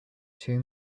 two